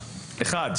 אחד.